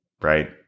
right